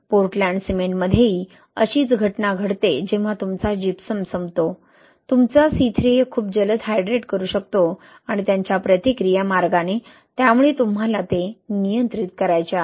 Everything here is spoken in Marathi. पोर्टलँड सिमेंटमध्येही अशीच घटना घडते जेव्हा तुमचा जिप्सम संपतो तुमचा C3A खूप जलद हायड्रेट करू शकतो आणि त्यांच्या प्रतिक्रिया मार्गाने त्यामुळे तुम्हाला ते नियंत्रित करायचे आहे